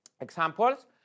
examples